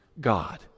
God